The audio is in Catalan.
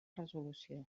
resolució